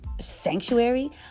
sanctuary